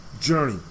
journey